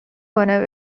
کنه